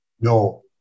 No